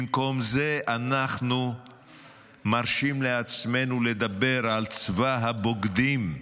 במקום זה אנחנו מרשים לעצמנו לדבר על צבא הבוגדים.